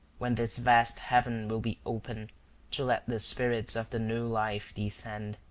when this vast heaven will be open to let the spirits of the new life descend.